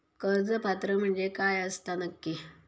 कर्ज पात्र म्हणजे काय असता नक्की?